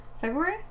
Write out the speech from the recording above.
February